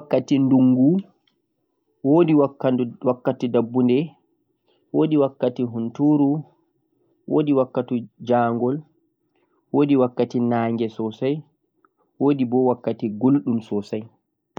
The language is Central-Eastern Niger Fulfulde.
wodi wakkati ndungu, wodi wakkati dabbude, wodi wakkatihunturu, wodi wakkati njangol, wodi wakkati naange be wakkati guldum